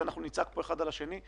שאנחנו נצעק פה האחד על השני,